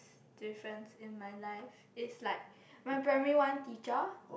difference in my life is like my primary one teacher